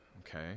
okay